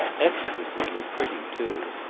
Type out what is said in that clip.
exquisitely pretty, too.